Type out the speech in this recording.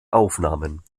aufnahmen